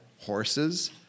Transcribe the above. horses